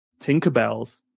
Tinkerbells